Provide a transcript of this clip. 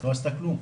לא עשתה כלום.